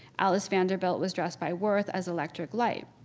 alice vanderbilt was dressed by worth as electric light.